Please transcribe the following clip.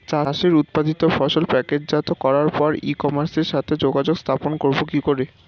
চাষের উৎপাদিত ফসল প্যাকেটজাত করার পরে ই কমার্সের সাথে যোগাযোগ স্থাপন করব কি করে?